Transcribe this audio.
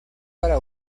para